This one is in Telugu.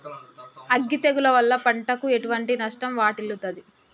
అగ్గి తెగులు వల్ల పంటకు ఎటువంటి నష్టం వాటిల్లుతది?